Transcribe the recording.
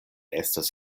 estas